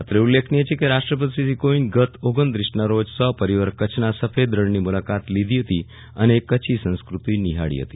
અત્રે ઉલ્લેખનીય છે કેરાષ્ટ્રપતિ શ્રી રામનાથ કોવિંદે ગઈકાલે સહપરીવાર કચ્છના સફેદ રણની મુલાકાત લીધી હતી અને કચ્છી સંસ્કૃતિ નિહાળી હતી